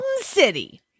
City